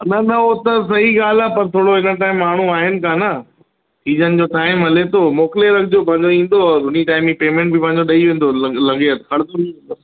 न न हू त सही ॻाल्हि आहे पर थोरो हिन टाइम माण्हू आहिनि कोन सीजन जो टाइम हले थो मोकिले रखिजो भले ईंदो और उन टाइम में पेमेंट बि पंहिंजो ॾई वेंदो लॻ लॻे हथु ख़र्च बि